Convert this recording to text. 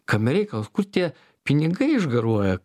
kame reikalas kur tie pinigai išgaruoja